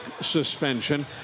suspension